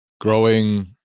growing